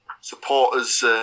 supporters